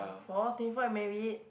four twenty four and married